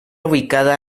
ubicada